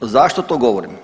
Zašto to govorim?